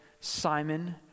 Simon